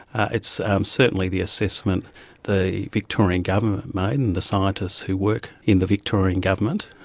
it's certainly the assessment the victorian government made and the scientists who work in the victorian government.